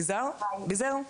דוברת אחרונה.